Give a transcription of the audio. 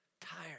tired